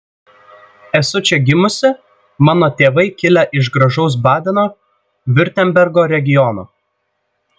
esu čia gimusi mano tėvai kilę iš gražaus badeno viurtembergo regiono